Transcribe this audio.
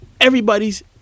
everybody's